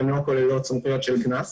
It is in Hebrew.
הן לא כוללות סמכויות של קנס.